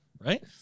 right